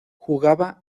jugaba